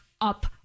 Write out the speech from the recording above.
up